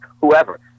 whoever